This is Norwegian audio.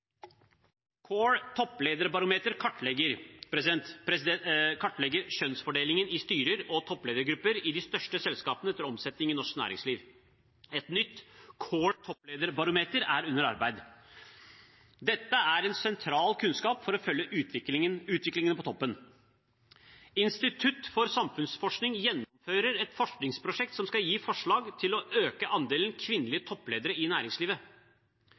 Topplederbarometer kartlegger kjønnsfordelingen i styrer og toppledergrupper i de største selskapene etter omsetning i norsk næringsliv. Et nytt CORE Topplederbarometer er under arbeid. Dette er en sentral kunnskap for å følge utviklingen på toppen. Institutt for samfunnsforskning gjennomfører et forskningsprosjekt som skal gi forslag til å øke andelen kvinnelige toppledere i næringslivet.